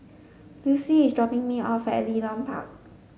Dulcie is dropping me off at Leedon Park